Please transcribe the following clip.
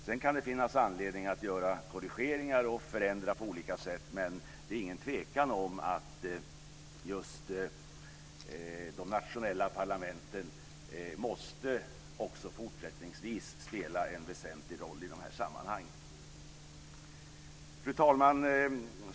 Sedan kan det finnas anledning att göra korrigeringar och förändra på olika sätt, men det är ingen tvekan om att just de nationella parlamenten också fortsättningsvis måste spela en väsentlig roll i dessa sammanhang. Fru talman!